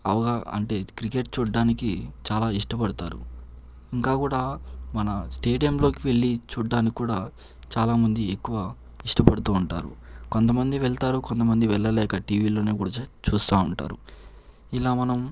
అంటే క్రికెట్ చూడడానికి చాలా ఇష్టపడతారు ఇంకా కూడా మన స్టేడియంలోకి వెళ్లి చూడ్డానికి కూడా చాలామంది ఎక్కువ ఇష్టపడుతుంటారు కొంతమంది వెళ్తారు కొంతమంది వెళ్లలేక టీవీలోనే కూడా చూస్తా ఉంటారు ఇలా మనం